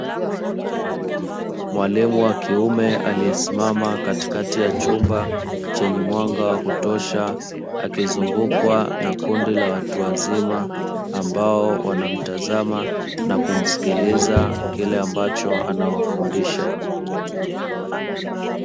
Mwalimu wa kiume aliyesimama katika ya chumba chenye mwanga wa kutosha, akizungukwa na kundi la watu wazima ambao wanamtazama na kumsikiliza kile ambacho anawafundisha.